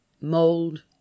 mold